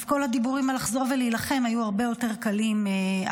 אז כל הדיבורים על לחזור ולהילחם היו הרבה יותר קלים אז.